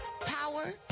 power